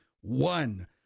One